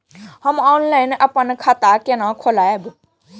हम ऑनलाइन अपन खाता केना खोलाब?